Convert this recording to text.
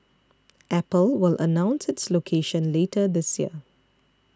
apple will announce its location later this year